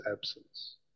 absence